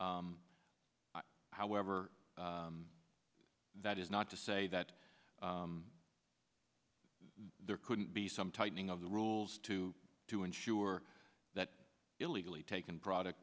however that is not to say that there couldn't be some tightening of the rules too to ensure that illegally taken product